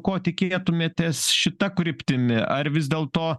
ko tikėtumėtės šita kryptimi ar vis dėlto